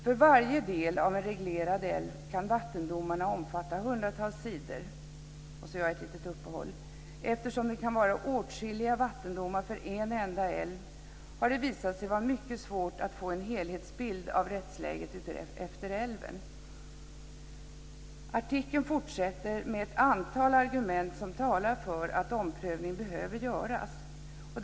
För varje del av en reglerad älv kan vattendomarna omfatta hundratals sidor - Eftersom det kan vara åtskilliga vattendomar för en enda älv har det visat sig vara mycket svårt att få en helhetsbild av rättsläget utefter älven." Artikeln fortsätter med ett antal argument som talar för att omprövning behöver göras.